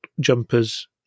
jumpers